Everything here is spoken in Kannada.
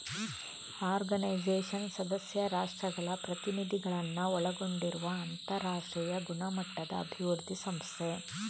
ಆರ್ಗನೈಜೇಷನ್ ಸದಸ್ಯ ರಾಷ್ಟ್ರಗಳ ಪ್ರತಿನಿಧಿಗಳನ್ನ ಒಳಗೊಂಡಿರುವ ಅಂತರಾಷ್ಟ್ರೀಯ ಗುಣಮಟ್ಟದ ಅಭಿವೃದ್ಧಿ ಸಂಸ್ಥೆ